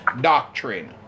doctrine